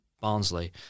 Barnsley